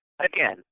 Again